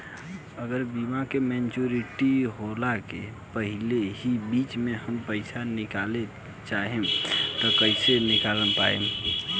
अगर बीमा के मेचूरिटि होला के पहिले ही बीच मे हम पईसा निकाले चाहेम त कइसे निकाल पायेम?